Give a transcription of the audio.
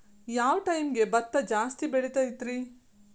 ಯಾವ ಟೈಮ್ಗೆ ಭತ್ತ ಜಾಸ್ತಿ ಬೆಳಿತೈತ್ರೇ?